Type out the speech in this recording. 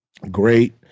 great